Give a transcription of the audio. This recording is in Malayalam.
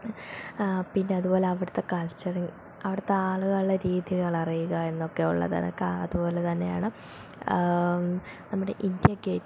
പിന്നെ അതുപോലെ അവിടുത്തെ കൾച്ചര് അവിടുത്തെ ആളുകളുടെ രീതികളറിയുക എന്നൊക്കെ ഉള്ളതൊക്കെ അതുപോലെ തന്നെയാണു നമ്മുടെ ഇന്ത്യാ ഗേറ്റ്